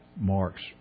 Mark's